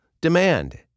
Demand